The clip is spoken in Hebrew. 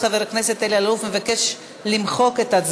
52 חברי הכנסת, אין מתנגדים ואין נמנעים.